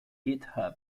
github